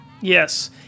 Yes